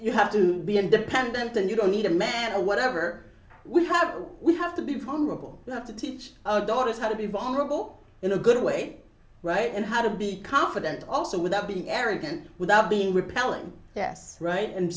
you have to be independent and you don't need a man or whatever we have we have to be comparable to teach our daughters how to be vulnerable in a good way right and how to be confident also without being arrogant without being repellent yes right and